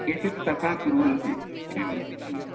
केचित् तथा कुर्वन्ति एवम्